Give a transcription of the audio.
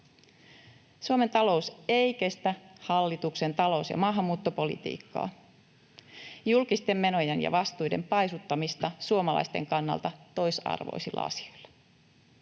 Suomen talous ei kestä hallituksen talous- ja maahanmuuttopolitiikkaa, julkisten menojen ja vastuiden paisuttamista suomalaisten kannalta toisarvoisilla asioilla.